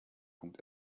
punkt